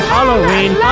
Halloween